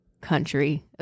country